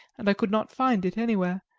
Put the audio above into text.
and i could not find it anywhere.